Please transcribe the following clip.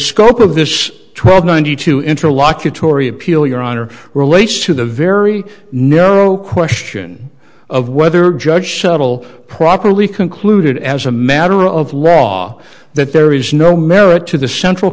scope of this trial ninety two interlocutory appeal your honor relates to the very narrow question of whether judge settle properly concluded as a matter of law that there is no merit to the central